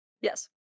yes